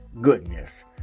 goodness